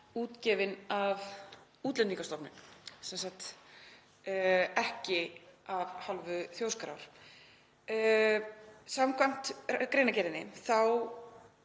útgefin af Útlendingastofnun, sem sagt ekki af hálfu Þjóðskrár. Samkvæmt greinargerðinni þá